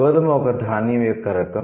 గోధుమ ఒక ధాన్యం యొక్క రకం